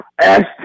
Ask